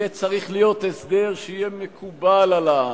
יהיה צריך להיות הסדר שיהיה מקובל על העם,